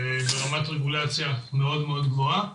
ברמת רגולציה מאוד מאוד גבוהה.